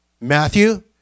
Matthew